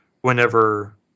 whenever